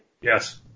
Yes